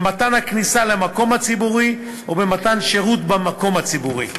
במתן כניסה למקום הציבורי או במתן שירות במקום הציבורי.